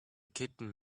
kitten